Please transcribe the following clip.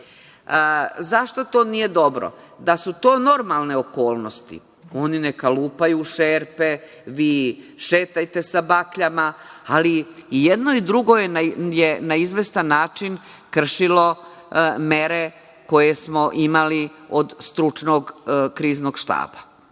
to nije dobro? Da su to normalne okolnosti, oni neka lupaju u šerpe, vi šetajte sa bakljama, ali i jedno i drugo je na izvestan način kršilo mere koje smo imali od stručnog kriznog štaba.